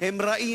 הוא רע,